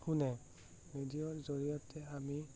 শুনে ৰেডিঅ'ৰ জৰিয়তে আমি